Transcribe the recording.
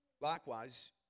likewise